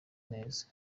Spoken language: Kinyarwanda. neza